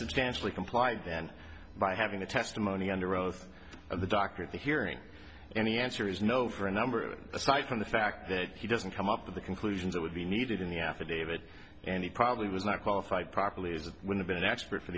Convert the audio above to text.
substantially complied then by having the testimony under oath and the doctor at the hearing any answer is no for a number aside from the fact that he doesn't come up with the conclusions that would be needed in the affidavit and he probably was not qualified properly as it would have been an expert for